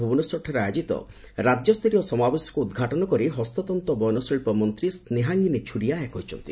ଭୁବନେଶ୍ୱରଠାରେ ଆୟୋଜିତ ରାକ୍ୟସ୍ତରୀୟ ସମାବେଶକୁ ଉଦ୍ଘାଟନ କରି ହସ୍ତତ୍ତ ବୟନଶିଳ୍ ମନ୍ତୀ ସ୍ନେହାଙ୍ଗିନୀ ଛୁରିଆ ଏହା କହିଛନ୍ତି